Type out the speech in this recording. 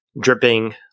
dripping